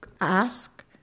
ask